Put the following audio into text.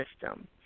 system